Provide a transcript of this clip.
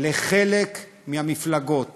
לחלק מהמפלגות